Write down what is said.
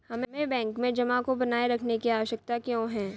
हमें बैंक में जमा को बनाए रखने की आवश्यकता क्यों है?